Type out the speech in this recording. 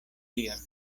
ĉion